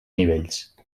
nivells